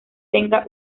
tenga